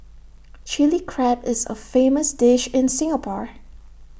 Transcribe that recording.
Chilli Crab is A famous dish in Singapore